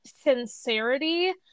sincerity